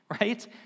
right